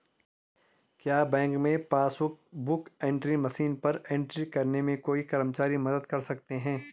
क्या बैंक में passbook book entry machine पर एंट्री करने में कोई कर्मचारी मदद कर सकते हैं?